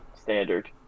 standard